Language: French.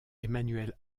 emmanuel